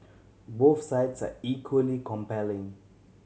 both sides are equally compelling